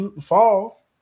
fall